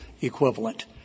equivalent